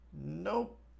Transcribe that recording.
nope